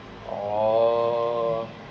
orh